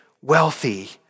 wealthy